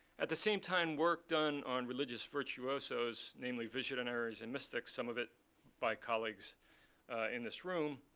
at the same time, work done on religious virtuosos, namely visionaries and mystics, some of it by colleagues in this room,